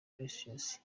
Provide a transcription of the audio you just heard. precious